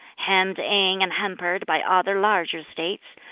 hemmed in and hampered by other larger states,